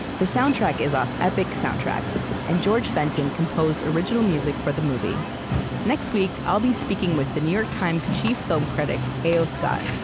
the soundtrack is off epic soundtrax, and george fenton composed original music for the movie next week, i'll be speaking with the new york times' chief film critic, a o. scott.